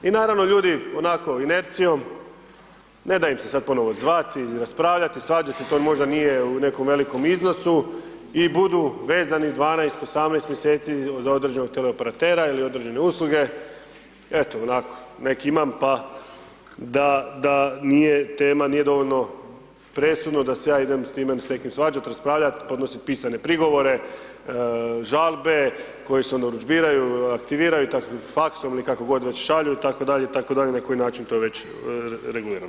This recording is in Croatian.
I naravno ljudi, onako inercijom, ne da im se sad ponovno zvati, raspravljati, svađati, to možda nije u nekom velikom iznosu i budu vezani, 12, 18 mjeseci za određenog teleoperatera ili određene usluge, eto onako neka imam pa da nije dovoljno presudno da se ja idem s neki svađat, raspravljat, podnosit pisane prigovore, žalbe, koje se onda urudžbiraju, aktiviraju, faksom ili kako god već šalju itd., itd. na koji način to već reguliramo.